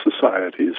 societies